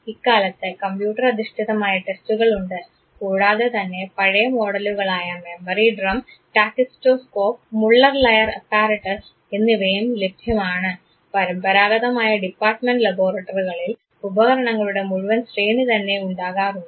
ഇക്കാലത്ത് കമ്പ്യൂട്ടർ അധിഷ്ഠിതമായ ടെസ്റ്റുകൾ ഉണ്ട് കൂടാതെ തന്നെ പഴയ മോഡലുകളായ memory drum tachistoscope Muller Lyer apparatus എന്നിവയും ലഭ്യമാണ് പരമ്പരാഗതമായ ഡിപ്പാർട്ട്മെൻറ് ലബോറട്ടറികളിൽ ഉപകരണങ്ങളുടെ മുഴുവൻ ശ്രേണി തന്നെ ഉണ്ടാകാറുണ്ട്